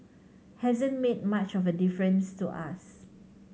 hasn't made much of a difference to us